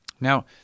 Now